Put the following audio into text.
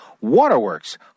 Waterworks